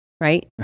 Right